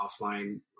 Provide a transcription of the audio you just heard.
offline